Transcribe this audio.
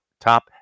top